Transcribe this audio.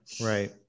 Right